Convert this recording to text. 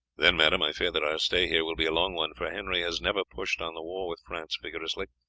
then, madam, i fear that our stay here will be a long one, for henry has never pushed on the war with france vigorously,